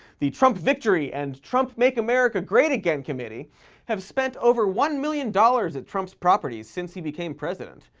the trump victory and trump make america great again committee have spent over one million dollars at trump's properties since he became president.